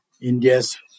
India's